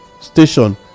station